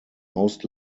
most